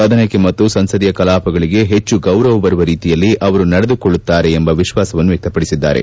ಸದನಕ್ಕೆ ಮತ್ತು ಸಂಸದೀಯ ಕಲಾಪಗಳಿಗೆ ಹೆಚ್ಚು ಗೌರವ ಬರುವ ರೀತಿಯಲ್ಲಿ ಅವರು ನಡೆದುಕೊಳ್ಳುತ್ತಾರೆ ಎಂಬ ವಿಶ್ವಾಸ ವ್ಯಕ್ತಪಡಿಸಿದ್ದಾರೆ